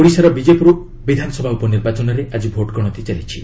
ଓଡ଼ିଶାର ବିଜେପୁର ବିଧାନସଭା ଉପନିର୍ବାଚନରେ ଆଜି ଭୋଟ୍ ଗଣତି ଚାଲିଛି